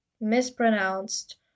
mispronounced